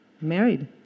married